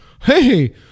hey